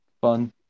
fun